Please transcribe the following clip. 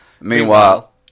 Meanwhile